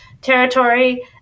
territory